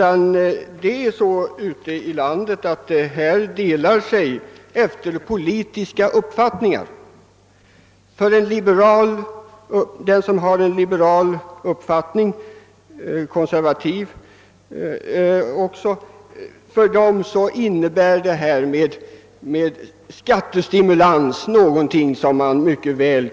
Åsikterna grupperar sig efter politiska uppfattningar, och för den som har en liberal eller konservativ inställning innebär skattestimulansen någonting som mycket väl